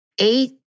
eight